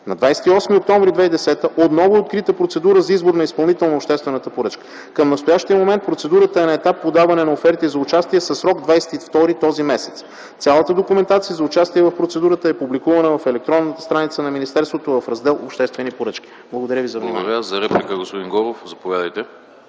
На 28 октомври 2010 г. отново е открита процедура за избор на изпълнител на обществената поръчка. Към настоящия момент процедурата е на етап подаване на оферти за участие със срок – 22 този месец. Цялата документация за участие в процедурата е публикувана на електронната страница на министерството в раздел „Обществени поръчки”. Благодаря ви за вниманието.